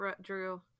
drew